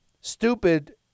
stupid